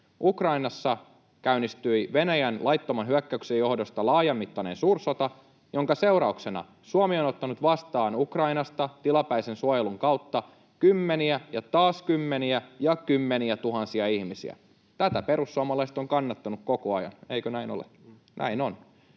Ukrainassa käynnistyi Venäjän laittoman hyökkäyksen johdosta laajamittainen suursota, jonka seurauksena Suomi on ottanut vastaan Ukrainasta tilapäisen suojelun kautta kymmeniä ja taas kymmeniä ja kymmeniä tuhansia ihmisiä. Tätä perussuomalaiset ovat kannattaneet koko ajan, eikö näin ole? [Joakim